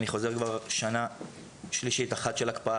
אני חוזר כבר שנה שלישית אחת של הקפאה,